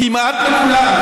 כמעט מכולן.